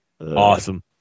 Awesome